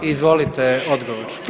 Izvolite odgovor.